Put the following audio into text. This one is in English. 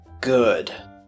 good